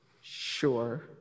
Sure